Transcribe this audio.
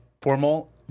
formal